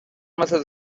مثل